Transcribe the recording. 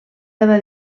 cada